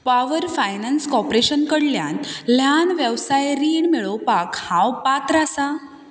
power finance corporation कडल्यान ल्हान वेवसाय रीण मेळोवपाक हांव पात्र आसां